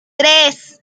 tres